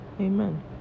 Amen